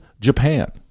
Japan